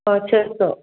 हा छह सौ